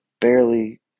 barely